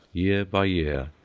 year by year,